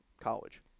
college